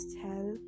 tell